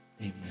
Amen